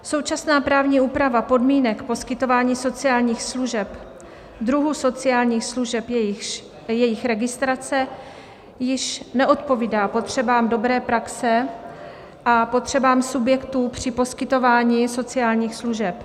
Současná právní úprava podmínek poskytování sociálních služeb, druhů sociálních služeb a jejich registrace již neodpovídá potřebám dobré praxe a potřebám subjektů při poskytování sociálních služeb.